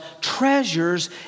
treasures